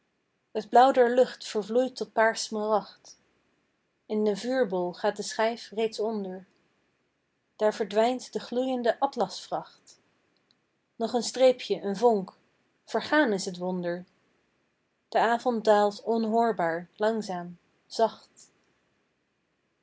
der lucht vervloeit tot paars smaragd in den vuurbol gaat de schijf reeds onder daar verdwijnt de gloeiende atlasvracht nog een streepje een vonk vergaan is t wonder de avond daalt onhoorbaar langzaam zacht